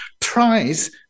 tries